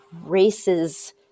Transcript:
races